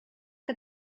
que